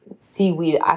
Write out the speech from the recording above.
seaweed